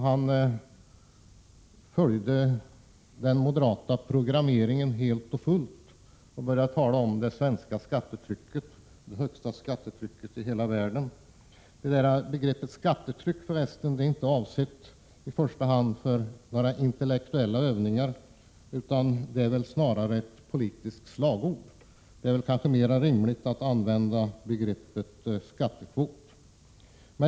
Han följde den moderata programmeringen helt och fullt och började tala om det svenska skattetrycket — han sade att det var det högsta skattetrycket i hela världen. Begreppet skattetryck är för övrigt inte i första hand avsett för några intellektuella övningar. Det är snarare ett politiskt slagord. Det är mer rimligt att använda begreppet skattekvot.